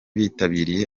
bitabiriye